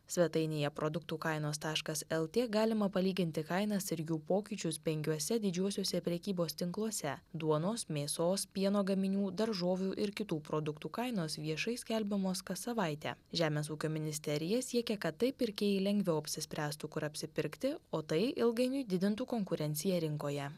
svetainėje produktų kainos taškas lt galima palyginti kainas ir jų pokyčius penkiuose didžiuosiuose prekybos tinkluose duonos mėsos pieno gaminių daržovių ir kitų produktų kainos viešai skelbiamos kas savaitę žemės ūkio ministerija siekė kad taip pirkėjai lengviau apsispręstų kur apsipirkti o tai ilgainiui didintų konkurenciją rinkoje